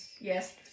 Yes